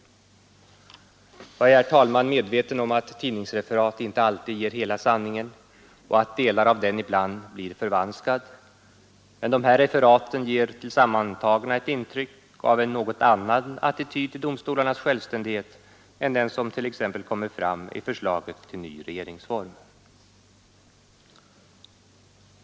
Jag är, herr talman, medveten om att tidningsreferat inte alltid ger hela sanningen och att delar av den ibland blir förvanskad, men dessa referat ger tillsammantagna intryck av en något annan attityd till domstolarnas självständighet än den som t.ex. kommer fram i förslaget till ny regeringsform.